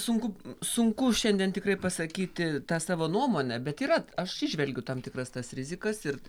sunku sunku šiandien tikrai pasakyti savo nuomonę bet yra aš įžvelgiu tam tikras tas rizikas ir